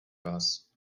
vás